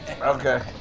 Okay